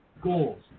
goals